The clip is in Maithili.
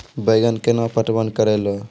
बैंगन केना पटवन करऽ लो?